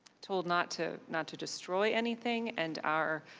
told not to not to destroy anything and our